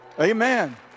Amen